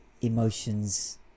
emotions